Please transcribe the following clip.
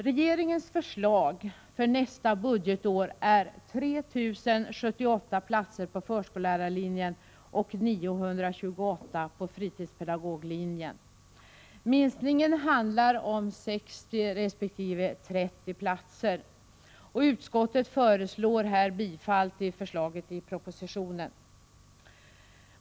Regeringens förslag för nästa budgetår är 3 078 platser på förskollärarlinjen och 928 på fritidspedagoglinjen. Minskningen handlar om 60 resp. 30 platser. Utskottet föreslår här bifall till förslaget i propositionen.